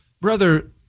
Brother